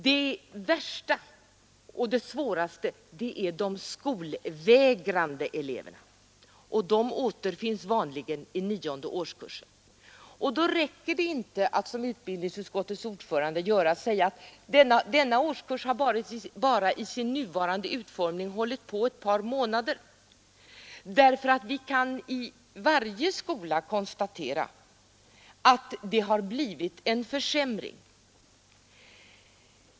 Det värsta och det svåraste är de skolvägrande eleverna, och dessa återfinns vanligen i årskurs 9. Det räcker inte att säga — som utbildningsutskottets ordförande gjorde — att denna årskurs haft sin nuvarande utformning bara ett par månader. Vi kan nämligen i varje skola konstatera att det blivit en försämring.